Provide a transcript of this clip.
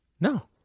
no